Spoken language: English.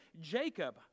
Jacob